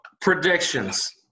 predictions